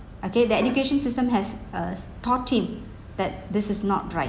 okay that education system has uh s~ taught him that this is not right